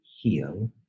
heal